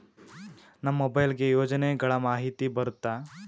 ನಮ್ ಮೊಬೈಲ್ ಗೆ ಯೋಜನೆ ಗಳಮಾಹಿತಿ ಬರುತ್ತ?